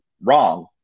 wrong